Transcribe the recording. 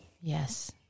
Yes